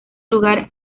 lugar